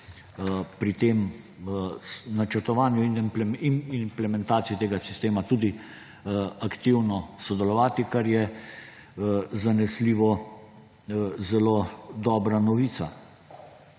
pri tem načrtovanju in implementaciji tega sistema tudi aktivno sodelovati, kar je zanesljivo zelo dobra novica.